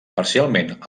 parcialment